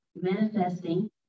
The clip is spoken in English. manifesting